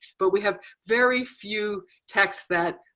but we have very few texts that